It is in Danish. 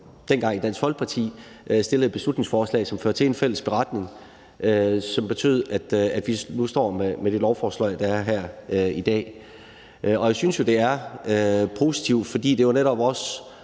dengang i Dansk Folkeparti fremsatte et beslutningsforslag, der førte til en fælles beretning, som betød, at vi nu står med det her lovforslag i dag. Jeg synes, at det er positivt, fordi det netop også